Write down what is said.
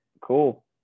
Cool